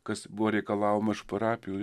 kas buvo reikalaujama iš parapijų